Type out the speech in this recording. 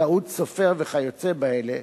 טעות סופר וכיוצא באלה,